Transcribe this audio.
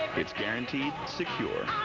it's guaranteed secure.